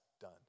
done